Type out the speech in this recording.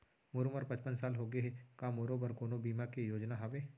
मोर उमर पचपन साल होगे हे, का मोरो बर कोनो बीमा के योजना हावे?